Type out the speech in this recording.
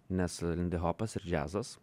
nes lindihopas ir džiazas